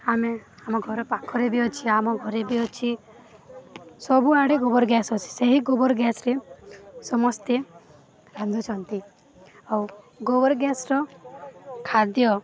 ଆମେ ଆମ ଘର ପାଖରେ ବି ଅଛି ଆମ ଘରେ ବି ଅଛି ସବୁଆଡ଼େ ଗୋବର ଗ୍ୟାସ୍ ଅଛି ସେହି ଗୋବର ଗ୍ୟାସ୍ରେ ସମସ୍ତେ ରାନ୍ଧୁଛନ୍ତି ଆଉ ଗୋବର ଗ୍ୟାସ୍ର ଖାଦ୍ୟ